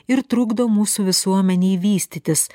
ir trukdo mūsų visuomenei vystytis